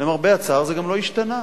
למרבה הצער זה גם לא השתנה.